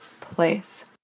place